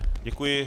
Děkuji.